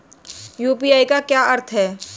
UPI का क्या अर्थ है?